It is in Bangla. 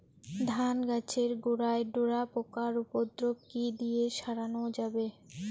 ধান গাছের গোড়ায় ডোরা পোকার উপদ্রব কি দিয়ে সারানো যাবে?